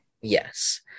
Yes